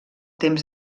temps